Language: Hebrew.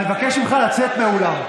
אני מבקש ממך לצאת מהאולם.